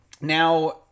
Now